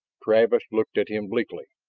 travis looked at him bleakly.